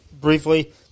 briefly